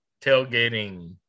tailgating